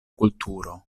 kulturo